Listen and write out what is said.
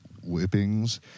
whippings